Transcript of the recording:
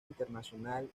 internacional